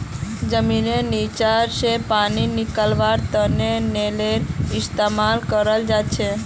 जमींनेर नीचा स पानी निकलव्वार तने नलेर इस्तेमाल कराल जाछेक